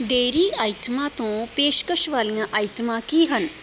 dairy ਆਈਟਮਾਂ ਤੋਂ ਪੇਸ਼ਕਸ਼ ਵਾਲੀਆਂ ਆਈਟਮਾਂ ਕੀ ਹਨ